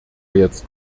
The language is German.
jetzt